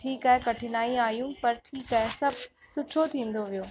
ठीकु आहे कठिनाई आहियूं पर ठीकु आहे सभु सुठो थींदो वियो